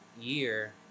year